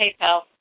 PayPal